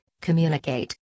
communicate